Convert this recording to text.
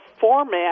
format